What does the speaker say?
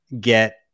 get